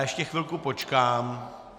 Ještě chvilku počkám.